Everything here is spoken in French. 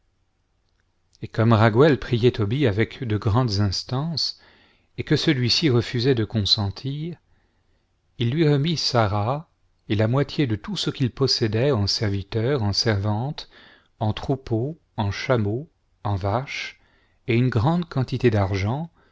et comme raguël priait tobie avec de grandes instances et que celui-ci refusait de consentir il lui remit sara et la moitié de tout ce qu'il possédait en serviteurs en servantes en troupeaux en chameaux en vaches et une grande quantité d'argent